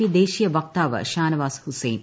P ദേശീയ വക്താവ് ഷാനവാസ് ഹുസ്സൈൻ